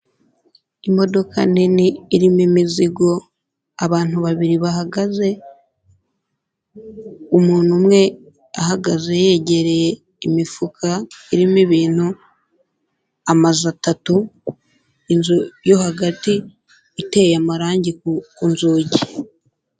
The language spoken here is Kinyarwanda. Imodoka nini irimo imizigo, abantu babiri bahagaze, umuntu umwe ahagaze yegereye imifuka irimo ibintu, amazu atatu, inzu yo hagati iteye amarangi ku nzugi.